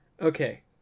Okay